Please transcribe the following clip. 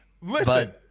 listen—